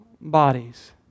bodies